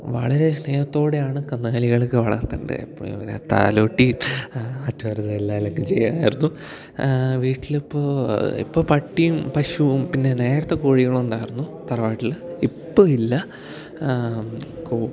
വളരെ സ്നേഹത്തോടെയാണ് കന്നുകാലികളെ ഒക്കെ വളർത്തേണ്ടത് എപ്പോഴും പിന്നെ താലോട്ടി ചെയ്യുമായിരുന്നു വീട്ടിലിപ്പോൾ ഇപ്പോൾ പട്ടിയും പശുവും പിന്നെ നേരത്തെ കോഴികളുണ്ടായിരുന്നു തറവാട്ടിൽ ഇപ്പോൾ ഇല്ല